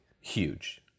huge